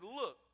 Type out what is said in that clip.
look